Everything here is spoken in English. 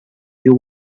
you